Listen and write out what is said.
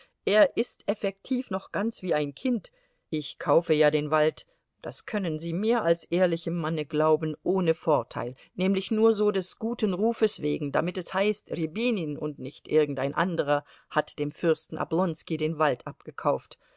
er ist effektiv noch ganz wie ein kind ich kaufe ja den wald das können sie mir als ehrlichem manne glauben ohne vorteil nämlich nur so des guten rufes wegen damit es heißt rjabinin und nicht irgendein anderer hat dem fürsten oblonski den wald abgekauft